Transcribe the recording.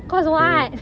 cause what